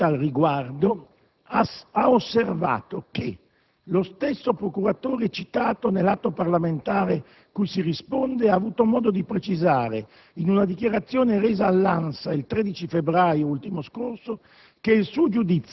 sentita al riguardo, ha osservato che lo stesso procuratore citato nell'atto parlamentare cui si risponde ha avuto modo di precisare - in una dichiarazione resa all'ANSA il 13 febbraio ultimo scorso